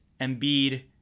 Embiid